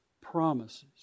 promises